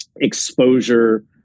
exposure